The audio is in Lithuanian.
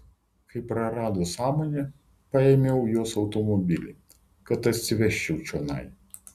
kai prarado sąmonę paėmiau jos automobilį kad atsivežčiau čionai